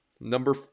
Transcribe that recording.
number